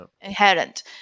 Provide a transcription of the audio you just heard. inherent